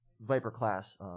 Viper-class